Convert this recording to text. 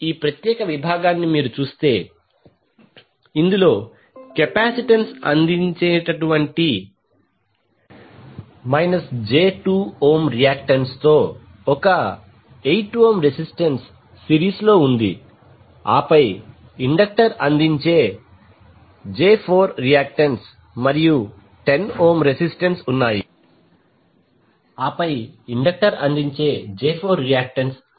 ఇప్పుడు ఈ ప్రత్యేక విభాగాన్ని మీరు చూస్తే ఇందులో కెపాసిటెన్స్ అందించేట టువంటి j2 ఓం రియాక్టన్స్తో ఒక 8 ఓం రెసిస్టెన్స్ సిరీస్లో ఉన్నది ఆపై ఇండక్టర్ అందించే j4 రియాక్టన్స్ మరియు 10 ఓం రెసిస్టెన్స్ ఉన్నాయి